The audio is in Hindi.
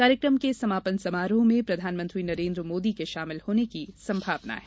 कार्यकम के समापन समारोह में प्रधानमंत्री नरेन्द्र मोदी के शामिल होने की संभावना है